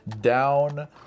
down